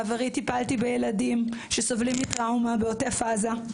בעברי טיפלתי בילדים שסובלים מטראומה בעוטף עזה.